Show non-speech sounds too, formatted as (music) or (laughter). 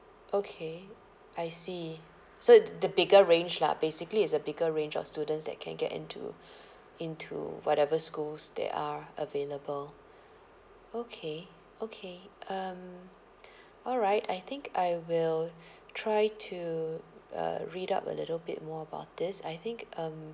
okay I see so th~ the bigger range lah basically it's a bigger range of students that can get into (breath) into whatever schools that are available okay okay um (breath) alright I think I will (breath) try to uh read up a little bit more about this I think um